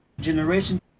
generation